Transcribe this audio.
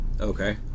Okay